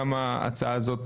גם ההצעה הזאת,